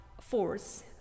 force